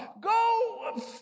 Go